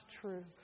true